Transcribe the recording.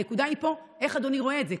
הנקודה פה היא איך אדוני רואה את זה.